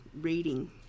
reading